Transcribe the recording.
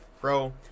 Bro